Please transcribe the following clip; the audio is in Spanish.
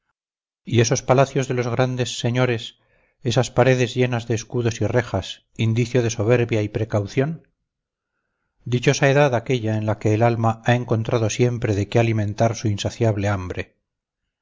y esos palacios de los grandes señores esas paredes llenas de escudos y rejas indicio de soberbia y precaución dichosa edad aquella en que el alma ha encontrado siempre de qué alimentar su insaciable hambre